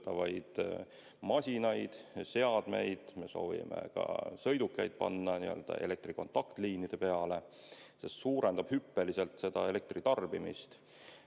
masinaid, seadmeid, me soovime ka sõidukeid panna elektrikontaktliinide peale. See suurendab hüppeliselt elektritarbimist,